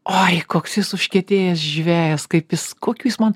oi koks jis užkietėjęs žvejas kaip jis kokių jis man